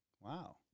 Wow